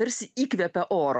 tarsi įkvepia oro